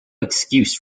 excuse